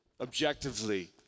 objectively